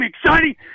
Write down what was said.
exciting